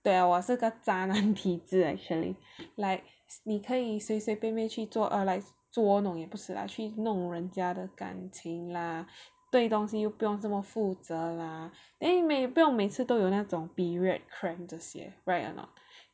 对啊我是个渣男体制 actually like 你可以随随便便去做 err like 捉弄也不是啦去弄人家的感情 lah 对东西又不用这么负责 lah then you may 不用每次都有那种 period cramps 这些 right or not